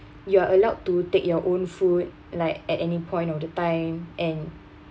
you are allowed to take your own food like at any point of the time and